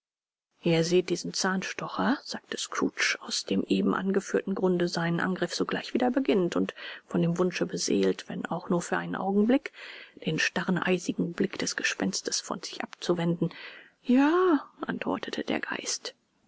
ihr seht diesen zahnstocher sagte scrooge aus dem eben angeführten grunde seinen angriff sogleich wieder beginnend und von dem wunsche beseelt wenn auch nur für einen augenblick den starren eisigen blick des gespenstes von sich abzuwenden ja antwortete der geist